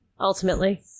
Ultimately